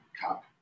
cup